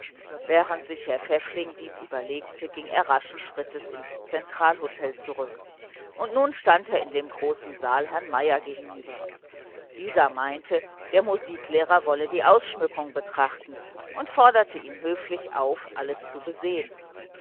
während sich herr pfäffling dies überlegte ging er raschen schritts ins zentralhotel zurück und nun stand er vor herrn meier in dem großen saal der hotelbesitzer meinte der musiklehrer interessiere sich für die dekoration und forderte ihn höflich auf alles zu besehen